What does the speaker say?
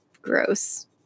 gross